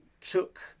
took